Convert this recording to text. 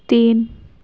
تین